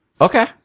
Okay